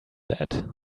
that